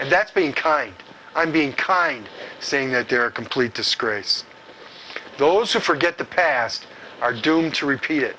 and that's being kind i'm being kind saying that they're a complete disgrace those who forget the past are doomed to repeat it